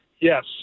yes